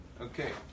Okay